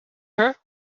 her